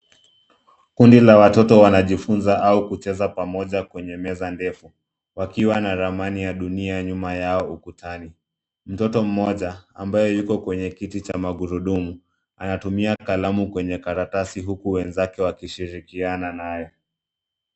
Kundi la watoto wanajifunza au kucheza pamoja, kwenye meza ndefu, wakiwa na ramani ya dunia nyuma yao ukutani. Mtoto mmoja ambaye yuko kwenye kiti cha magurudumu, anatumia kalamu kwenye karatasi, huku wenzake wakishirikiana naye.